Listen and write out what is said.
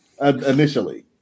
initially